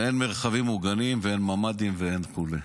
ואין מרחבים מוגנים ואין ממ"דים וכו'.